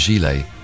Gile